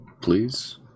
please